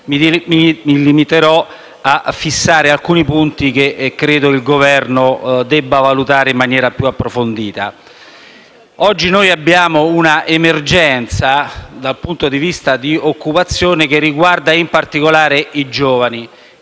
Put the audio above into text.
Mi limiterò quindi a fissare alcuni punti che credo il Governo debba valutare in maniera più approfondita. Oggi abbiamo un'emergenza dal punto di vista dell'occupazione, che riguarda in particolare i giovani.